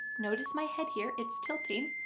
notice my head here. it's tilting.